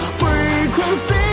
frequency